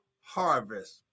harvest